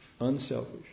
unselfish